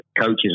coaches